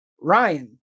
Ryan